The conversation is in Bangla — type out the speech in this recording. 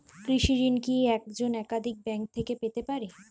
কৃষিঋণ কি একজন একাধিক ব্যাঙ্ক থেকে পেতে পারে?